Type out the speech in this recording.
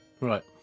Right